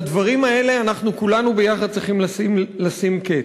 לדברים האלה אנחנו כולנו ביחד צריכים לשים קץ.